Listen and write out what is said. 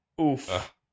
Oof